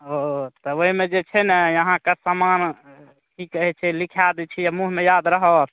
ओ तऽ ओहिमे जे छै ने अहाँके समान की कहै छै लिखा दै छी मुँहमे याद रहत